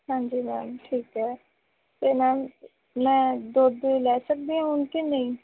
ਹਾਂਜੀ ਮੈਮ ਠੀਕ ਹੈ ਅਤੇ ਮੈਮ ਮੈਂ ਦੁੱਧ ਲੈ ਸਕਦੀ ਹਾਂ ਹੁਣ ਕੇ ਨਹੀਂ